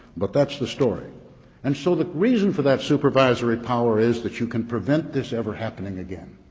but that's the story and so the reason for that supervisory power. is that you can prevent this ever happening again.